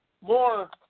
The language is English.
more